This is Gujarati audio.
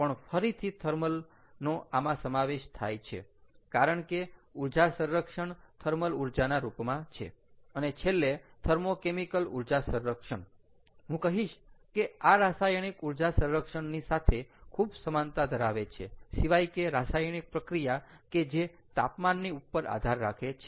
પણ ફરીથી થર્મલ નો આમાં સમાવેશ છે કારણ કે ઊર્જા સંરક્ષણ થર્મલ ઊર્જાના રૂપમાં છે અને છેલ્લે થર્મો કેમિકલ ઊર્જા સંરક્ષણ હું કહીશ કે આ રાસાયણિક ઊર્જા સંરક્ષણની સાથે ખૂબ સમાનતા ધરાવે છે સિવાય કે રાસાયણિક પ્રક્રિયા કે જે તાપમાનની ઉપર આધાર રાખે છે